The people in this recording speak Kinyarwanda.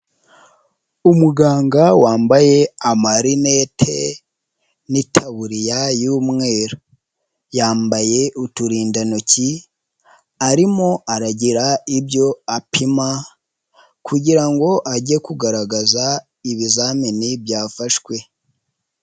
Umuganga wambaye amarinete n'itaburiya y'umweru, yambaye uturindantoki, arimo aragira ibyo apima kugira ngo ajye kugaragaza ibizamini byafashwe.